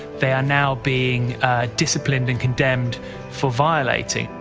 they are now being disciplined and condemned for violating.